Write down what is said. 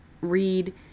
read